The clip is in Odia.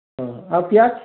ହଁ ଆଉ ପିଆଜ୍